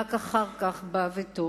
ורק אחר כך בא ביתו,